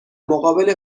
مقابل